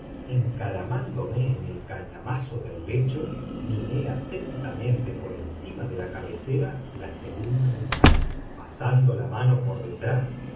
encaramándome en el cañamazo del lecho miré atentamente por encima de la cabecera la segunda ventana pasando la mano por detrás